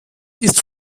ist